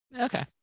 Okay